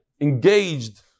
engaged